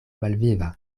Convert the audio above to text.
malviva